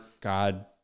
God